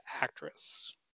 actress